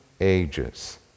ages